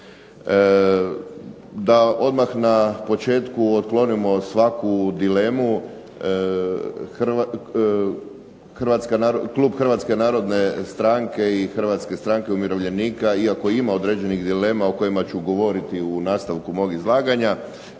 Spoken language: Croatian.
Da odmah na početku otklonimo svaku dilemu, klub Hrvatske narodne stranke i Hrvatske stranke umirovljenika, iako ima određenih dilema o kojima ću govoriti u nastavku mog izlaganja,